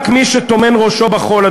רק מי שטומן ראשו בחול,